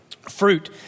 Fruit